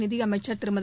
நிதியமைச்சர் திருமதி